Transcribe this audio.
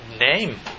Name